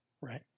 right